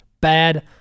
bad